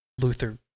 luther